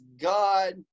God